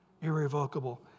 irrevocable